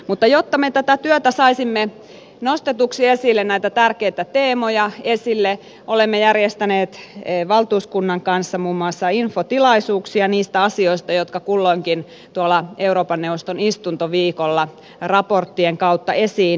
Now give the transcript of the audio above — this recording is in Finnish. mutta jotta me tätä työtä saisimme nostetuksi esille näitä tärkeitä teemoja olemme järjestäneet valtuuskunnan kanssa muun muassa infotilaisuuksia niistä asioista jotka kulloinkin euroopan neuvoston istuntoviikolla raporttien kautta esiin nousevat